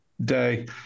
day